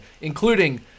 including